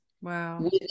Wow